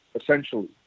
essentially